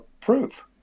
proof